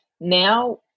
now